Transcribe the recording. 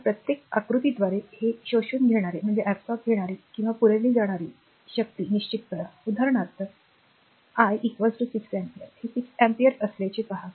तर प्रत्येक आकृतीद्वारे हे शोषून घेणारी किंवा पुरविली जाणारी शक्ती निश्चित करा उदाहरणार्थ सध्याचे I 6 अँपिअर हे 6 अँपिअर असल्याचे पहा